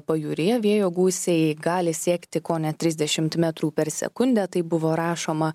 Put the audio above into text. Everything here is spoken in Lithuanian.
pajūryje vėjo gūsiai gali siekti kone trisdešimt metrų per sekundę taip buvo rašoma